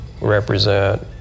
represent